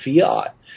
fiat